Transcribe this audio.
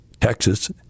Texas